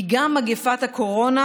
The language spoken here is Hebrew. כי גם מגפת הקורונה,